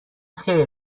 خیر